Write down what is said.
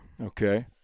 Okay